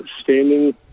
standing